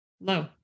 Low